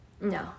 No